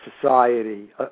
society